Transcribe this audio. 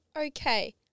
okay